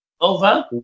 over